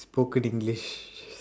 spoken English